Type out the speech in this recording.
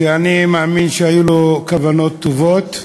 שאני מאמין שהיו לו כוונות טובות,